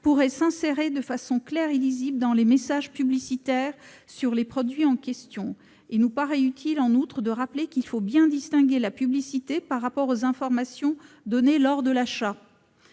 pourrait s'insérer de façon claire et lisible dans les messages publicitaires sur les produits visés. En outre, il nous paraît utile de rappeler qu'il faut bien distinguer la publicité et les informations données lors de l'achat.